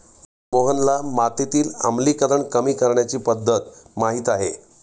मोहनला मातीतील आम्लीकरण कमी करण्याची पध्दत माहित आहे